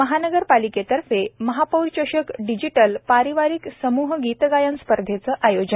आणि महानगर पालिकेतर्फे महापौर चषक डिजीटल पारिवारिक समूह गीतगायन स्पर्धेचे आयोजन